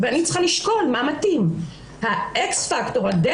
בכולם, תיק-תיק, מתנהלים